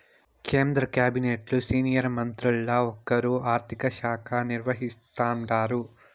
కేంద్ర కాబినెట్లు సీనియర్ మంత్రుల్ల ఒకరు ఆర్థిక శాఖ నిర్వహిస్తాండారు